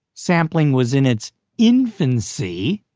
sampling was in its infancy.